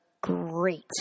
great